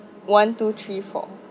one two three four